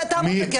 תעמוד בקצב.